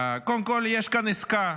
קודם כול, יש כאן עסקה,